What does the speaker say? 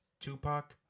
Tupac